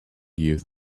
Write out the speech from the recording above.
youth